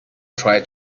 try